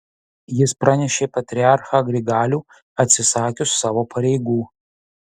jis pranešė patriarchą grigalių atsisakius savo pareigų